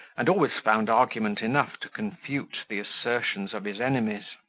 and always found argument enough to confute the assertions of his enemies.